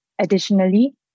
Additionally